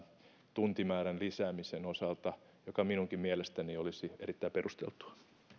tuntimäärän lisäämisen osalta mikä minunkin mielestäni olisi erittäin perusteltua